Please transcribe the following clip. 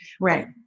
Right